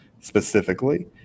specifically